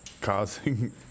causing